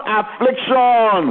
affliction